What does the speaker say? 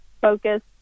focus